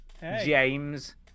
James